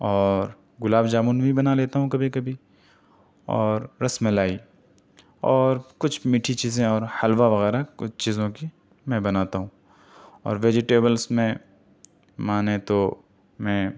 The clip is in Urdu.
اور گلاب جامن بھی بنا لیتا ہوں کبھی کبھی اور رس ملائی اور کچھ میٹھی چیزیں اور حلوہ وغیرہ کچھ چیزوں کی میں بناتا ہوں اور ویجیٹیبلس میں مانے تو میں